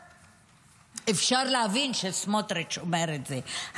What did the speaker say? אפשר להבין שסמוטריץ' אומר את זה,